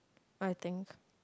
I think